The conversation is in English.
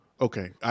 Okay